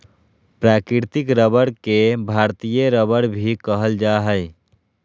प्राकृतिक रबर के भारतीय रबर भी कहल जा हइ